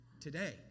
today